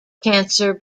cancer